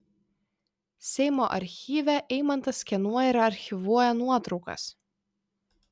seimo archyve eimantas skenuoja ir archyvuoja nuotraukas